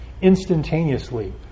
instantaneously